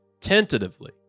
tentatively